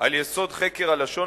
על יסוד חקר הלשון